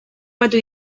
batu